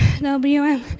WM